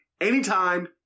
anytime